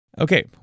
Okay